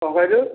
କ'ଣ କହିଲୁ